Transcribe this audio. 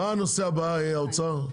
מה הנושא הבא, האוצר?